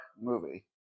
movie